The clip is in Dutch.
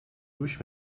douche